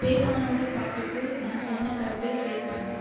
பேபானோடய பாட்டுக்கு நான் சொன்ன கருத்தை சேவ் பண்ணு